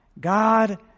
God